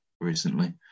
recently